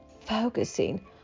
focusing